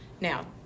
now